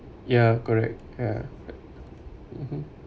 ya correct ya mmhmm